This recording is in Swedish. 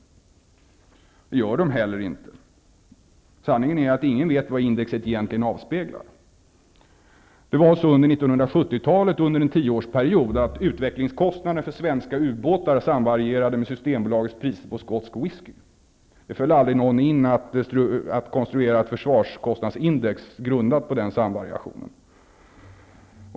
Det gör de heller inte. Sanningen är att ingen egentligen vet vad indexet avspeglar. Under 1970-talet samvarierade kostnaderna för utvecklingen av svenska ubåtar med Systembolagets priser på skotsk whisky. Det föll aldrig någon in att konstruera ett försvarskostnadsindex på denna samvariation.